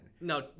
No